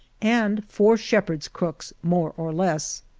and four shepherd's crooks, more or less.